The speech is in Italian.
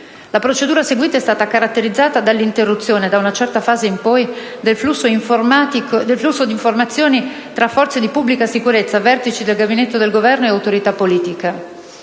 La procedura seguita è stata caratterizzata dall'interruzione, da una certa fase in poi, del flusso di informazioni tra forze di pubblica sicurezza, vertici del gabinetto del Governo e autorità politiche.